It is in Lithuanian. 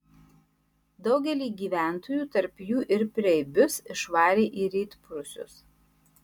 daugelį gyventojų tarp jų ir preibius išvarė į rytprūsius